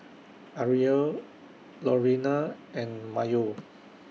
Ariel Lorena and Mayo